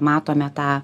matome tą